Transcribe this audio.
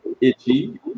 itchy